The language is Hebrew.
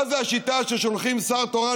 מה זה השיטה ששולחים שר תורן,